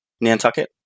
Nantucket